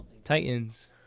Titans